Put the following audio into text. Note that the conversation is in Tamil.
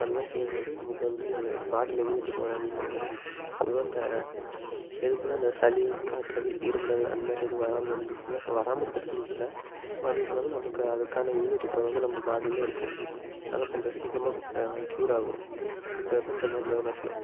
இப்போ அந்த மாதிரி செய்யும் போது நமக்கு வந்து பாடியில் இம்யூனிட்டி பவர் அதிகமாக ஆகும் பொதுவாக இந்த எதுக்குன்னா இந்த சளி காய்ச்சல் இரும்மல் அந்த மாதிரி எதுவும் வராமல் இருந்துச்சுனா வராமல் இருக்கிறதுக்குனு இல்லை வந்துச்சுனாலும் நமக்கு அதுக்கான இம்யூனிட்டி பவர் வந்து நம்ப பாடியில் இருக்கும் நல்லா கொஞ்சம் சீக்கிரமாக க்யூராகும் இதுக்காக தான் இந்த மாதிரி யோகாசனம்